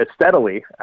steadily